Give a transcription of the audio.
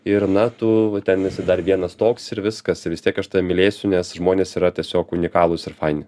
ir na tu ten esi dar vienas toks ir viskas ir vis tiek aš tave mylėsiu nes žmonės yra tiesiog unikalūs ir faini